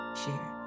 share